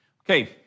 Okay